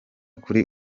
kuri